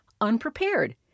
unprepared